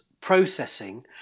processing